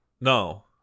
No